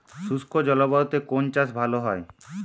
শুষ্ক জলবায়ুতে কোন চাষ ভালো হয়?